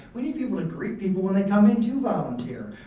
we need people to greet people when they come in to volunteer.